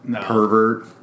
pervert